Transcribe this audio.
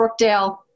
Brookdale